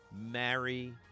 marry